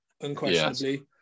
unquestionably